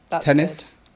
tennis